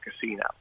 Casino